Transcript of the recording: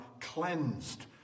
cleansed